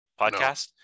podcast